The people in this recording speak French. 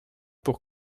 pour